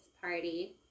party